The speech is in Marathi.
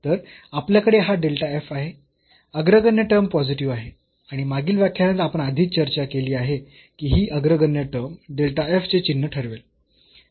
तर आपल्याकडे हा आहे अग्रगण्य टर्म पॉझिटिव्ह आहे आणि मागील व्याख्यानात आपण आधीच चर्चा केली आहे की ही अग्रगण्य टर्म चे चिन्ह ठरवेल